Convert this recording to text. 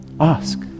Ask